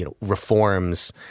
reforms